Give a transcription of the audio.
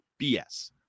BS